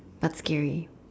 but scary